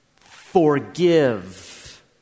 forgive